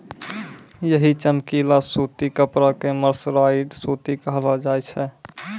यही चमकीला सूती कपड़ा कॅ मर्सराइज्ड सूती कहलो जाय छै